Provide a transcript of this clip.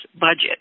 budget